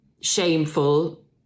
shameful